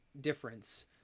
difference